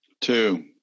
two